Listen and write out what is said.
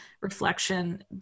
reflection